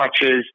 touches